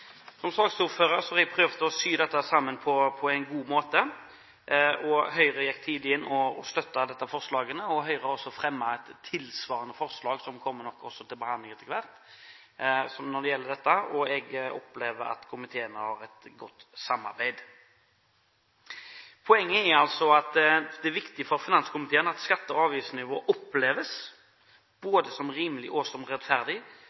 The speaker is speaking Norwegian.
Som saksordfører har jeg prøvd å sy dette sammen på en god måte. Høyre gikk tidlig inn og støttet disse forslagene. Høyre har også fremmet et tilsvarende forslag om dette, som nok også kommer til behandling etter hvert. Jeg opplever at komiteen har et godt samarbeid. Poenget er at det er viktig for finanskomiteen at skatte- og avgiftsnivået oppleves både som rimelig og som rettferdig